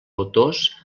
autors